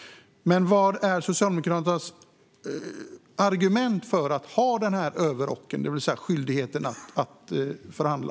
Vad är Socialdemokraternas argument för att ha den här överrocken, det vill säga skyldigheten att förhandla?